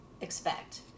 expect